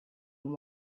and